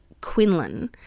Quinlan